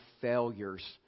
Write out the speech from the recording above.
failures